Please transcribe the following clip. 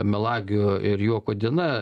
melagių ir juoko diena